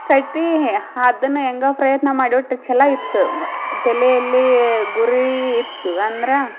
ಕಟ್ಟಿ ಅದನ್ ಹೆಂಗೋ ಪ್ರಯತ್ನ ಮಾಡಿ ಒಟ್ಟು ಚಲೋ ಇತ್ತು ಮ್ ತಲೆಯಲ್ಲಿ ಗುರಿ ಇತ್ತು ಅಂದ್ರ